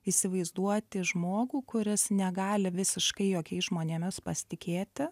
įsivaizduoti žmogų kuris negali visiškai jokiais žmonėmis pasitikėti